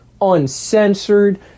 uncensored